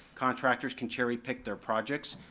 contractors can cherry pick their projects.